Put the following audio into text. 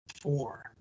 four